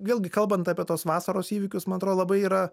vėlgi kalbant apie tos vasaros įvykius man atrodo labai yra